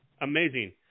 amazing